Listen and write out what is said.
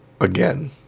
Again